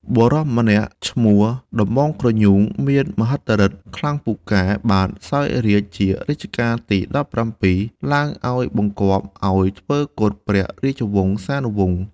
បុរសម្នាក់ឈ្មោះដំបងគ្រញូងមានមហិទ្ធិឬទ្ធិខ្លាំងពូកែ បានសោយរាជ្យជា រជ្ជកាលទី១៧ ឡើងឲ្យបង្គាប់ឲ្យធ្វើគុតព្រះរាជវង្សានុវង្សមុន។